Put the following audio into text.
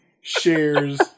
shares